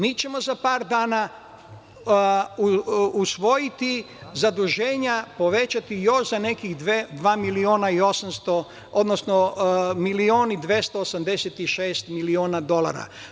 Mi ćemo za par dana usvojiti zaduženja, povećati još za nekih dva miliona i 800, odnosno milion i 286 miliona dolara.